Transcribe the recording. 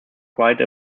quite